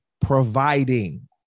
providing